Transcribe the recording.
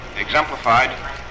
exemplified